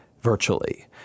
virtually